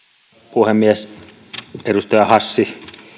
puhemies edustaja hassi